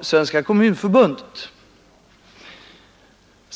Svenska kommunförbundet.